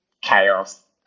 chaos